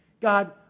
God